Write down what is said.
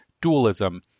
dualism